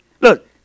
Look